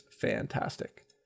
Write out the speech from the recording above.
fantastic